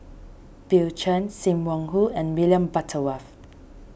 Bill Chen Sim Wong Hoo and William Butterworth